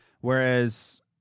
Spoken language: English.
Whereas